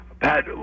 Pat